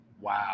Wow